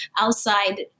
outside